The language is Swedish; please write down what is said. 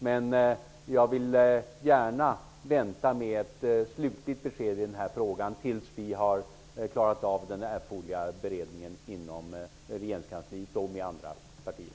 Men jag vill gärna vänta med slutligt besked i den här frågan tills vi har klarat av den erforderliga beredningen inom regeringskansliet och med andra partier.